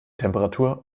temperatur